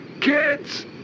kids